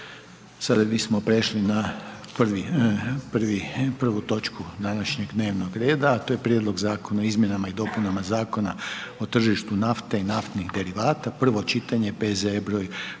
Sada bismo prešli na 1. točku današnjeg dnevnog reda a to je: - Prijedlog zakona o Izmjenama i dopunama Zakona o tržištu nafte i naftnih derivata, prvo čitanje, P.Z.E.